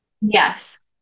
Yes